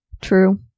true